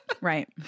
Right